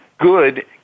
good